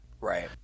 Right